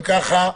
אם כך,